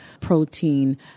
protein